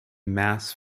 mass